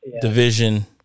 Division